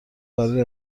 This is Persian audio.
برای